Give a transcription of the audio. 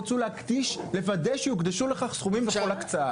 רצו לוודא שיוקדשו לכך סכומים בכל הקצאה.